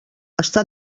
està